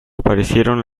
aparecieron